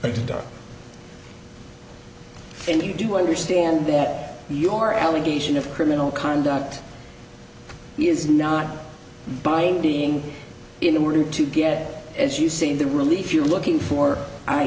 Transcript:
into and you do understand that your allegation of criminal conduct is not binding in order to get as you see the relief you're looking for i